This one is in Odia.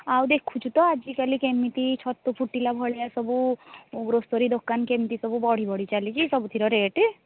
ଆଉ ଦେଖୁଛୁ ତ ଆଜିକାଲି କେମିତି ଛତୁ ଫୁଟିଲା ଭଳିଆ ସବୁ ଗ୍ରୋସରୀ ଦୋକାନ କେମିତି ସବୁ ବଢ଼ି ବଢ଼ି ଚାଲିଛି ସବୁଥିର ରେଟ୍